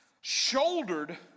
shouldered